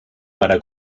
para